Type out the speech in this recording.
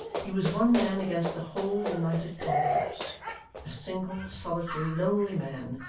he was one man against the whole united concourse a single, solitary, lonely man,